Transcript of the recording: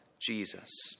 Jesus